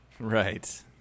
right